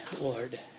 Lord